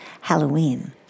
Halloween